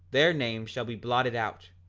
their names shall be blotted out,